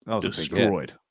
Destroyed